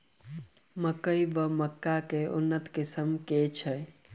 मकई वा मक्का केँ उन्नत किसिम केँ छैय?